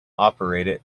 operated